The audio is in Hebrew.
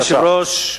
אדוני היושב-ראש,